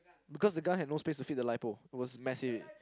because the gun had no space to fit the lipo it was massive